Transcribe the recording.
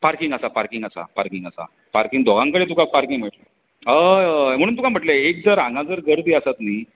parking आसा parking आसा parking आसा पार्कींग दोंगाय कडेन तुका पार्कींग मेळटली हय हय म्हणून तुका म्हणले एक दर हांगा जर गर्दी आसत न्हय